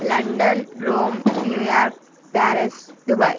London Rome New York Paris Dubai